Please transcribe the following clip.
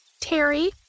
Terry